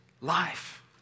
life